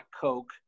Coke